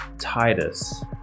Titus